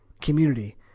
community